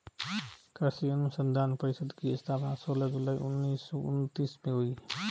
कृषि अनुसंधान परिषद की स्थापना सोलह जुलाई उन्नीस सौ उनत्तीस में हुई